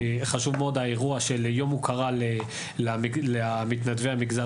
מאד האירוע של יום הוקרה למתנדבי המגזר